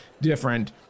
different